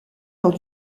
lors